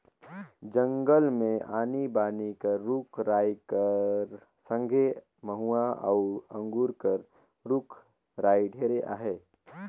जंगल मे आनी बानी कर रूख राई कर संघे मउहा अउ अंगुर कर रूख राई ढेरे अहे